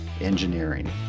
Engineering